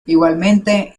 igualmente